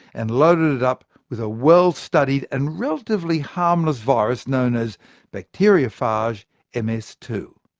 and loaded it up with a well-studied and relatively harmless virus known as bacteriophage m s two.